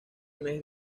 mes